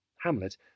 Hamlet